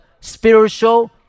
spiritual